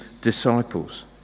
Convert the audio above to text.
disciples